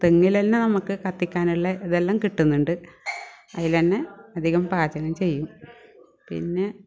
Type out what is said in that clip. തെങ്ങിലെല്ലാം നമ്മൾക്ക് കത്തിക്കാനുള്ള ഇതെല്ലാം കിട്ടുന്നുണ്ട് അതിൽതന്നെ അധികം പാചകം ചെയ്യും പിന്നെ